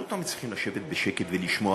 אנחנו לא תמיד צריכים לשבת בשקט ולשמוע